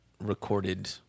recorded